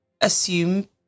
assume